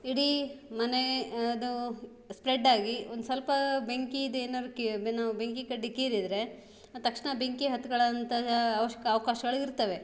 ಇಡಿ ಮನೆ ಅದು ಸ್ಪ್ರೆಡ್ ಆಗಿ ಒಂದು ಸ್ವಲ್ಪ ಬೆಂಕಿದು ಏನಾದ್ರು ಕೆ ಬೆ ನಾವು ಬೆಂಕಿ ಕಡ್ಡಿ ಗೀರಿದ್ರೆ ಅದು ತಕ್ಷಣ ಬೆಂಕಿ ಹತ್ಕೊಳಂತ ಅವ್ಶ್ಕ ಅವ್ಕಾಶಗಳು ಇರ್ತವೆ